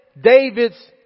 David's